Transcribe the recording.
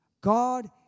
God